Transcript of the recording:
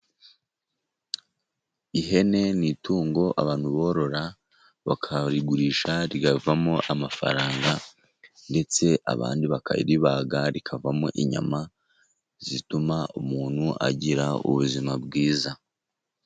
Ihene ni itungo abantu borora bakarigurisha rikavamo amafaranga, ndetse abandi bakaribaga rikavamo inyama zituma umuntu agira ubuzima bwiza.